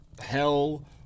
hell